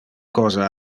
cosa